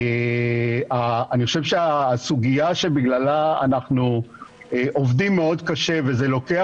אני חושב שהסוגיה שבגללה אנחנו עובדים מאוד קשה וזה לוקח